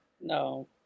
No